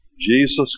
Jesus